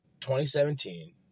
2017